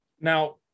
Now